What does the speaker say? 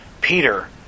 Peter